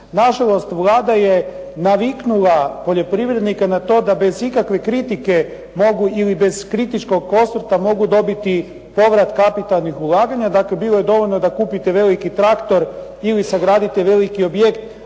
Nažalost Vlada je naviknula poljoprivrednike na to da bez ikakve kritike mogu ili bez kritičkog osvrta mogu dobiti povrat kapitalnih ulaganja, dakle bilo je dovoljno da kupite veliki traktor ili sagradite veliki objekt,